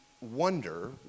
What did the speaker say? wonder